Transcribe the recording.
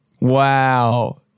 Wow